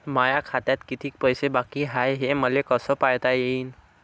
माया खात्यात कितीक पैसे बाकी हाय हे मले कस पायता येईन?